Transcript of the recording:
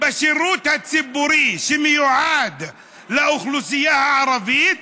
בשירות הציבורי שמיועד לאוכלוסייה הערבית,